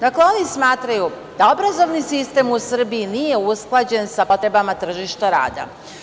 Dakle, oni smatraju da obrazovni sistem u Srbiji nije usklađen sa potrebama tržišta rada.